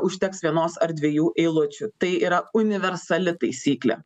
užteks vienos ar dviejų eilučių tai yra universali taisyklė